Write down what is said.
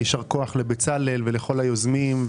ישר כוח לבצלאל ולכל היוזמים,